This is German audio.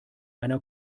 einer